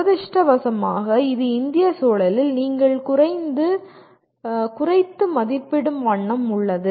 துரதிர்ஷ்டவசமாக இது இந்திய சூழலில் நீங்கள் குறைத்து மதிப்பிடும் வண்ணம் உள்ளது